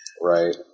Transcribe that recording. right